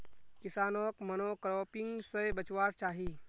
किसानोक मोनोक्रॉपिंग से बचवार चाही